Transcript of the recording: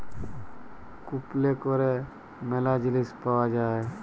কুপলে ক্যরে ম্যালা জিলিস পাউয়া যায়